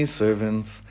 servants